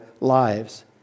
lives